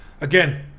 again